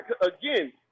Again